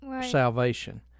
salvation